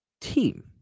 team